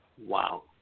Wow